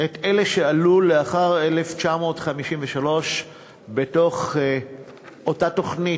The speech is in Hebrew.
את אלה שעלו לאחר 1953 בתוך אותה תוכנית